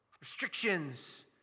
restrictions